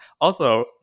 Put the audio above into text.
Also-